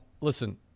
listen